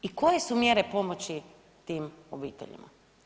I koje su mjere pomoći tim obiteljima?